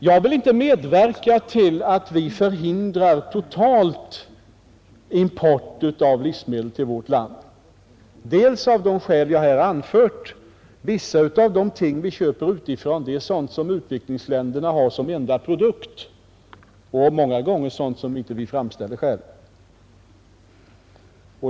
Jag vill inte medverka till att vi totalt förhindrar import av livsmedel till vårt land, bl.a. av de skäl jag här anfört — vissa av de ting vi köper utifrån är sådant som utvecklingsländerna har som enda produkt, och dessutom rör det sig ofta om sådant som vi inte framställer själva.